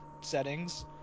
settings